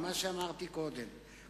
מה שאמרתי קודם.